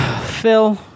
Phil